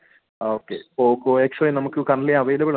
ഓ അത് ഒരു തോൽവി ആയിരിക്കും മിക്കവാറും